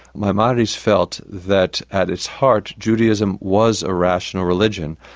maimonides felt that at its heart judaism was a rational religion,